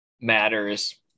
matters